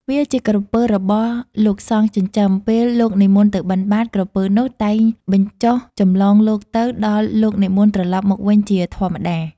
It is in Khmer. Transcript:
វាជាក្រពើរបស់លោកសង្ឃចិញ្ចឹម ពេល លោកនិមន្តទៅបិណ្ឌបាត ក្រពើនោះតែងបញ្ចុះចម្លងលោកទៅ ដល់លោកនិមន្តត្រឡប់មកវិញជាធម្មតា ។